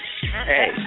Hey